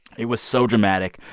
it was so dramatic,